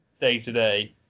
Day-to-day